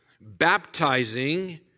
baptizing